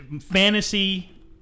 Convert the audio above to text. Fantasy